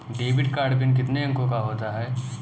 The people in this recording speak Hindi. डेबिट कार्ड पिन कितने अंकों का होता है?